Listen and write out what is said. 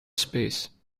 space